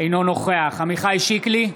אינו נוכח עמיחי שיקלי,